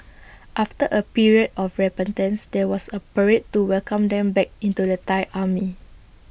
after A period of repentance there was A parade to welcome them back into the Thai army